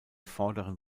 vorderen